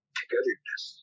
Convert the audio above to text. togetherness